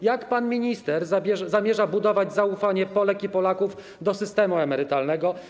Jak pan minister zamierza budować zaufanie Polek i Polaków do systemu emerytalnego?